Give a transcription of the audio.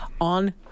on